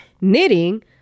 Knitting